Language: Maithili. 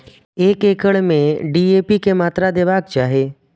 एक एकड़ में डी.ए.पी के मात्रा देबाक चाही?